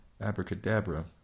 abracadabra